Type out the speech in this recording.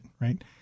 right